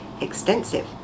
extensive